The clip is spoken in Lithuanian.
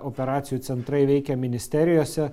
operacijų centrai veikia ministerijose